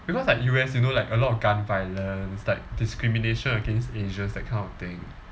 because like U_S you know like a lot of gun violence like discrimination against asians that kind of thing